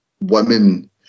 women